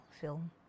film